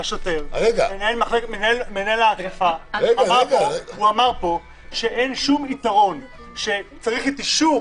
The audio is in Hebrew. מנהל מחלקת האכיפה אמר פה שאין שום יתרון שצריך את אישור